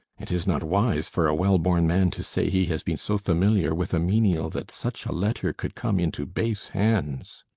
it is not wise for a well-born man to say he has been so familiar with a menial that such a letter could come into base hands.